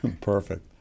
perfect